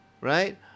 right